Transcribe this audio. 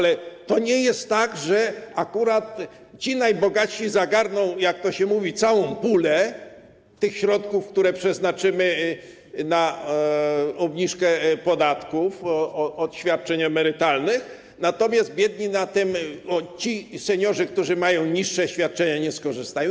Jednak to nie jest tak, że akurat ci najbogatsi zagarną, jak to się mówi, całą pulę tych środków, które przeznaczymy na obniżkę podatków od świadczeń emerytalnych, natomiast biedni, ci seniorzy, którzy mają niższe świadczenia, na tym nie skorzystają.